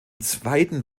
zweiten